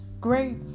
great